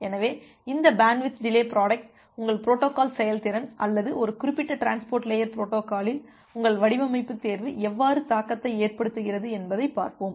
எனவே இந்த bandwidth delay product உங்கள் பொரோட்டோகால் செயல்திறன் அல்லது ஒரு குறிப்பிட்ட டிரான்ஸ்போர்ட் லேயர் பொரோட்டோகாலில் உங்கள் வடிவமைப்பு தேர்வு எவ்வாறு தாக்கத்தை ஏற்படுத்துகிறது என்பதைப் பார்ப்போம்